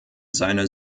seiner